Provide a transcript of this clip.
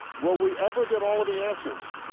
will we ever get all of the answers?